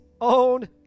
own